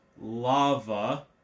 lava